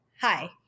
hi